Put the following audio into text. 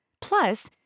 Plus